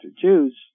Jews